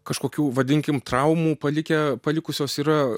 kažkokių vadinkim traumų palikę palikusios yra